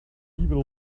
evil